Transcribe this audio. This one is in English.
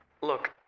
Look